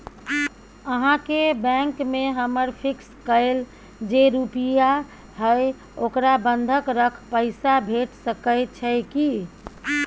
अहाँके बैंक में हमर फिक्स कैल जे रुपिया हय ओकरा बंधक रख पैसा भेट सकै छै कि?